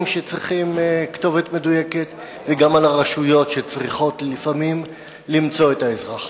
שצריכים כתובת מדויקת וגם על הרשויות שצריכות לפעמים למצוא את האזרח.